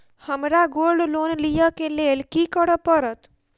हमरा gold loan लिय केँ लेल की करऽ पड़त?